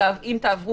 פה רואים